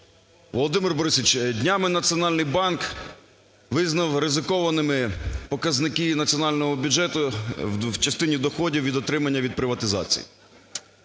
Володимир Борисович, днями Національний банк визнав ризикованими показники національного бюджету в частині доходів від отримання від приватизації.